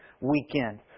weekend